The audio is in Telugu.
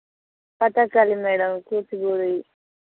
కథాకళి మేడమ్ కూచిపూడి